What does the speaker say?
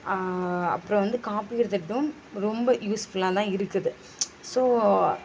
அப்புறம் வந்து காப்பீடு திட்டம் ரொம்ப யூஸ்ஃபுல்லாக தான் இருக்குது ஸோ